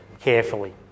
carefully